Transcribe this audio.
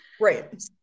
Right